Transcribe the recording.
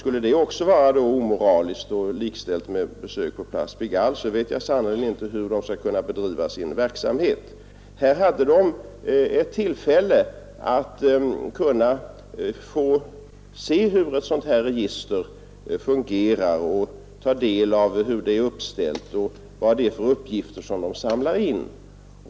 Skulle det också vara omoraliskt och likställt med besök på Place Pigalle vet jag sannerligen inte hur utredningen skall kunna bedriva sin verksamhet. Utredningen hade här ett tillfälle att få se hur ett dylikt register fungerade, ta del av hur det är uppställt och vilka uppgifter som man samlar in.